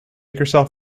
yourself